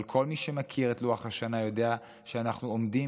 אבל כל מי שמכיר את לוח השנה יודע שאנחנו עומדים